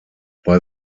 bei